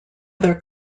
other